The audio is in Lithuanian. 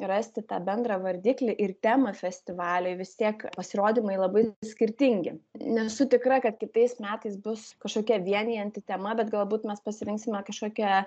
rasti tą bendrą vardiklį ir temą festivaliui vis tiek pasirodymai labai skirtingi nesu tikra kad kitais metais bus kažkokia vienijanti tema bet galbūt mes pasirinksime kažkokią